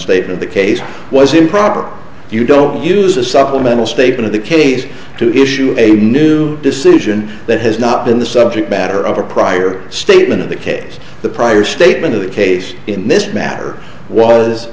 of the case was improper you don't use a supplemental statement of the case to issue a new decision that has not been the subject matter of a prior statement of the case the prior statement of the case in this matter was